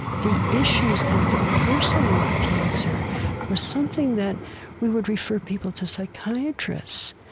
the issues of the person with the cancer was something that we would refer people to psychiatrists.